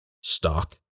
stock